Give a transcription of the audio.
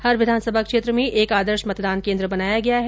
हर विधानसभा क्षेत्र में एक आदर्श मतदान केन्द्र बनाया गया है